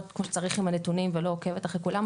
כמו שצריך עם הנתונים ולא עוקבת אחרי כולם,